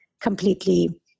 completely